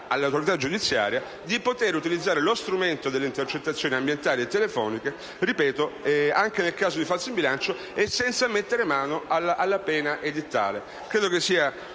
all'autorità giudiziaria la possibilità di utilizzare lo strumento delle intercettazioni ambientali e telefoniche anche nel caso di falso in bilancio e senza mettere mano alla pena edittale. Credo sia